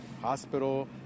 hospital